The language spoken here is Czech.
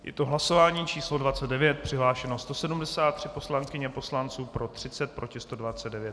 Je to hlasování číslo 29, přihlášeno 173 poslankyň a poslanců, pro 30, proti 129.